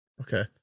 Okay